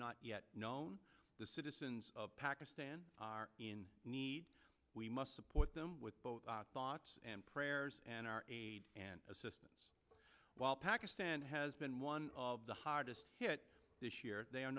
not yet known the citizens of pakistan are in need we must support them with both thoughts and prayers and our aid and assistance while pakistan has been one of the hardest hit this year they are